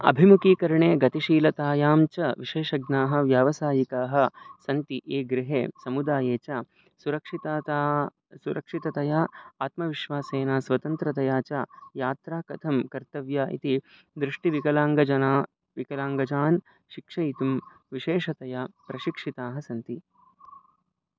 अभिमुखीकरणे गतिशीलतायां च विशेषज्ञाः व्यावसायिकाः सन्ति ये गृहे समुदाये च सुरक्षितायाः सुरक्षिततया आत्मविश्वासेन स्वतन्त्रतया च यात्रा कथं कर्तव्या इति दृष्टिविकलाङ्गजनाः विकलाङ्गजनान् शिक्षयितुं विशेषतया प्रशिक्षिताः सन्ति